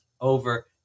over